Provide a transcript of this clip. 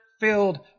filled